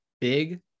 big